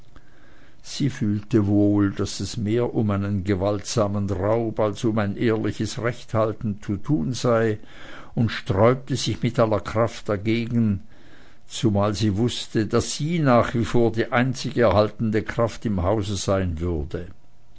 sie fühlte wohl daß es mehr um einen gewaltsamen raub als um ein ehrliches rechthalten zu tun sei und sträubte sich mit aller kraft dagegen zumal sie wußte daß sie nach wie vor die einzig erhaltende kraft im hause sein würde